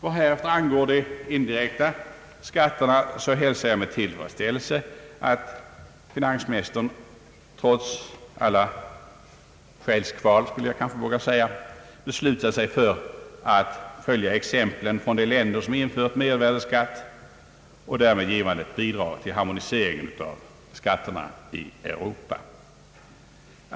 Vad angår de indirekta skatterna hälsar jag med tillfredsställelse att finansministern, trots alla själskval vågar jag kanske säga, beslutat sig för att följa exemplen från de länder som infört mervärdeskatt, därmed givande ett bidrag till harmonieringen av skatterna i Europa.